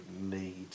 need